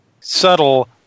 subtle